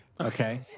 Okay